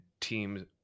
teams